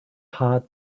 heart